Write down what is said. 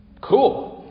Cool